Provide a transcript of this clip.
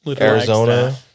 Arizona